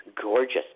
gorgeous